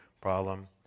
problem